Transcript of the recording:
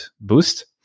boost